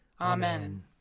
Amen